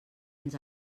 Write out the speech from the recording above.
ens